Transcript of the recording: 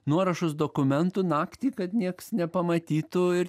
nuorašus dokumentų naktį kad nieks nepamatytų ir